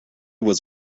was